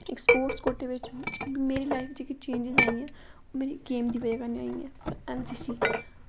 sports कोटे बिच मेरी लाईफ जेह्की चेंज़ होई जानी ऐ ओह् गेम दी बजह कन्नै अं'ऊ जिसी